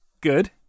good